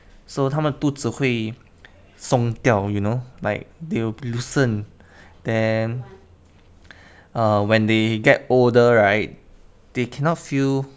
so 他们肚子会松掉 you know like they will loosen then uh when they get older right they cannot feel